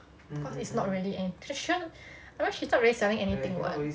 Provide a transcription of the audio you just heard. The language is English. cause it's not really I mean she's not really selling anything [what]